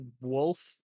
wolf